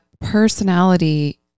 personality